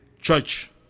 church